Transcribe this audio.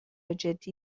جدی